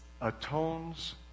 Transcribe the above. atones